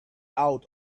out